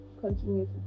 continue